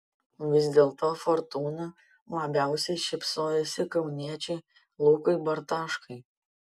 vis dėlto fortūna labiausiai šypsojosi kauniečiui lukui bartaškai